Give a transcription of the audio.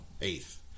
eighth